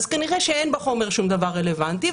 כנראה שאין בחומר שום דבר רלוונטי,